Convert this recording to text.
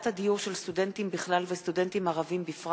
תוצאות מבחני המיצ"ב, פער